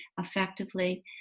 effectively